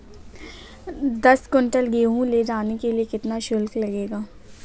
दस कुंटल गेहूँ ले जाने के लिए कितना शुल्क लगेगा?